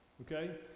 Okay